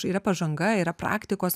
yra pažanga yra praktikos